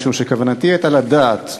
משום שכוונתי הייתה לדעת,